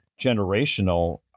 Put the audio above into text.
generational